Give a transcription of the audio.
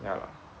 ya lah